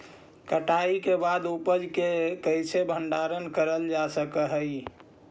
कटाई के बाद उपज के कईसे भंडारण करल जा सक हई?